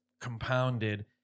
compounded